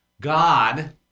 God